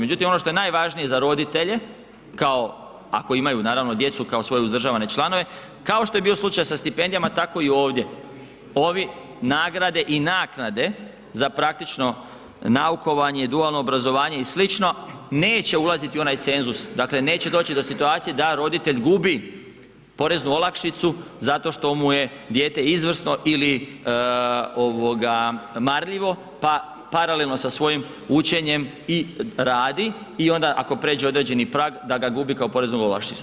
Međutim, ono što je najvažnije za roditelje kao, ako imaju naravno djecu kao svoje uzdržavane članove, kao što je bio slučaj sa stipendijama, tako i ovdje, ovi nagrade i naknade za praktično naukovanje i dualno obrazovanje i sl. neće ulaziti u onaj cenzus, dakle neće doći do situacije da roditelj gubi poreznu olakšicu zato što mu je dijete izvrsno ili marljivo pa paralelno sa svojim učenjem i radi i onda ako prijeđe određeni prag da ga gubi kao poreznu olakšicu.